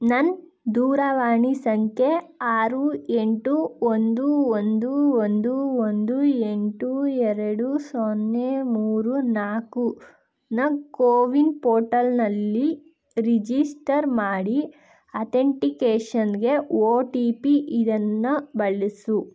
ನನ್ನ ದೂರವಾಣಿ ಸಂಖ್ಯೆ ಆರು ಎಂಟು ಒಂದು ಒಂದು ಒಂದು ಒಂದು ಎಂಟು ಎರಡು ಸೊನ್ನೆ ಮೂರು ನಾಲ್ಕುನ ಕೋವಿನ್ ಪೋರ್ಟಲ್ನಲ್ಲಿ ರಿಜಿಸ್ಟರ್ ಮಾಡಿ ಅಥೆಂಟಿಕೇಷನ್ಗೆ ಒ ಟಿ ಪಿ ಇದನ್ನು ಬಳಸು